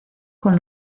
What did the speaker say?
con